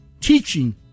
teaching